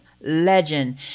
legend